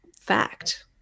fact